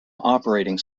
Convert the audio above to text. operating